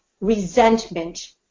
resentment